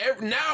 now